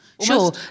Sure